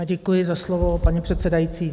Děkuji za slovo, paní předsedající.